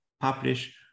publish